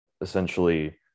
essentially –